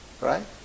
right